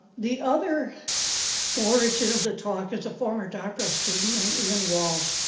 the other origin of the talk is a former doctoral student named ian walsh,